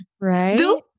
Right